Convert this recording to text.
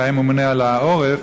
שהיה ממונה על העורף,